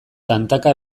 tantaka